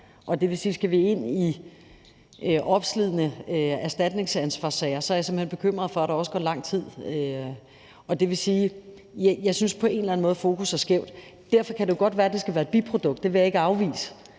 og det vil sige, at skal vi ind i opslidende erstatningsansvarssager, er jeg simpelt hen bekymret for, at der også går lang tid. Jeg synes på en eller anden måde at fokus er skævt. Men derfor kan det jo godt være, at det skal være et biprodukt, det vil jeg ikke afvise,